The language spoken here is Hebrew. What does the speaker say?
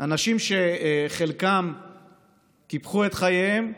אנשים שחלקם קיפחו את חייהם וחלקם,